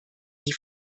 die